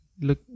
look